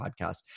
podcast